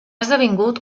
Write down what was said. esdevingut